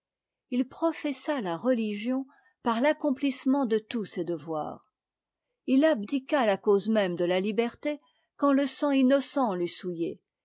il professa la religion par l'accomplissement de tous ses devoirs il abdiqua la cause même de la liberté quand le sang innocent l'eut souillée